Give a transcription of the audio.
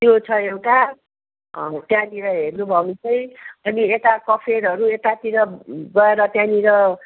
त्यो छ एउटा अँ त्यहाँनिर हेर्नुभयो भने चाहिँ अनि यता कफेरहरू यतातिर गएर त्यहाँनिर